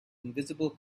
invisible